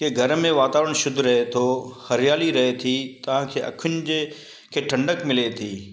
की घर में वातावरणु शुद्ध रहे थो हरियाली रहे थी तव्हांखे अखियुनि जे खे ठंडक मिले थी